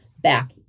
back